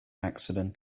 accident